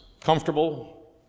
comfortable